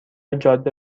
جاده